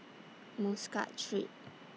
Muscat Street